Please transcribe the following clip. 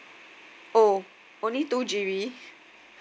oh only two G_B